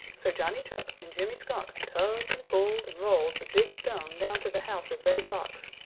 so johnny chuck and jimmy skunk tugged and pulled and rolled the big stone down to the house of reddy fox,